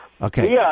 Okay